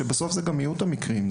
ובסוף אלה אותם מקרים.